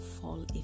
fall